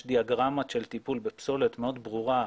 יש דיאגרמה של טיפול בפסולת מאוד ברורה.